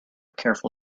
careful